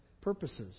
purposes